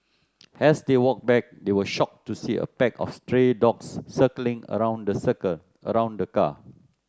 as they walked back they were shocked to see a pack of stray dogs circling around the circle around the car